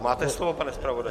Máte slovo, pane zpravodaji.